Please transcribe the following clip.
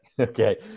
Okay